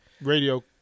radio